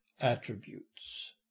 attributes